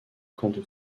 kendo